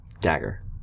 dagger